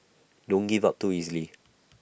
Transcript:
don't give up too easily